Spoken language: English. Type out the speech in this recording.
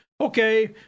okay